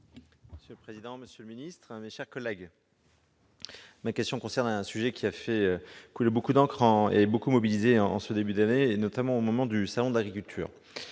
Monsieur le président, monsieur le ministre, mes chers collègues, ma question porte un sujet qui a fait couler beaucoup d'encre et qui a beaucoup mobilisé en ce début d'année, notamment au moment du Salon de l'agriculture